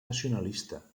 nacionalista